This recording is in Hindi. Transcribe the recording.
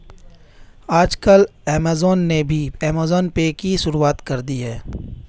आजकल ऐमज़ान ने भी ऐमज़ान पे की शुरूआत कर दी है